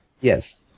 Yes